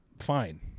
fine